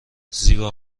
زیبا